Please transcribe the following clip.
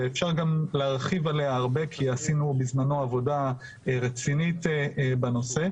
ואפשר גם להרחיב עליה הרבה כי עשינו בזמנו עבודה רצינית בנושא,